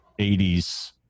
80s